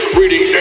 reading